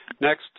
Next